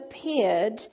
appeared